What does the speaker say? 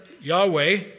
Yahweh